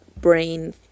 brain